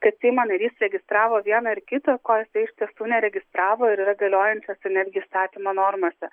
kad seimo narys registravo vieną ar kitą ko jisai iš tiesų neregistravo ir yra galiojančiose netgi įstatymo normose